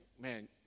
man